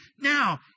Now